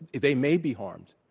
they may be harmed.